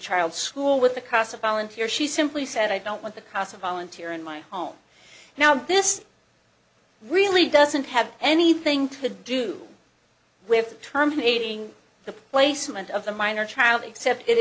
child's school with the casa volunteer she simply said i don't want the casa volunteer in my home now this really doesn't have anything to do with terminating the placement of the minor child except it